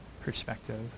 perspective